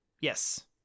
Yes